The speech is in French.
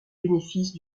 bénéfices